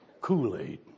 Kool-Aid